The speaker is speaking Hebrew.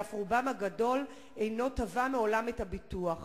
ואף רובם הגדול לא תבע מעולם את הביטוח.